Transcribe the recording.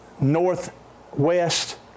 northwest